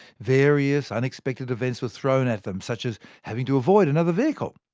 various unexpected events were thrown at them such as having to avoid another vehicle.